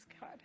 God